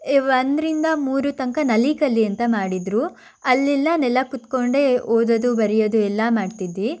ಒಂದರಿಂದ ಮೂರು ತನಕ ನಲಿ ಕಲಿ ಅಂತ ಮಾಡಿದರು ಅಲ್ಲೆಲ್ಲ ನೆಲಕ್ಕೆ ಕುತ್ಕೊಂಡೇ ಓದೋದು ಬರೆಯೋದು ಎಲ್ಲ ಮಾಡ್ತಿದ್ವಿ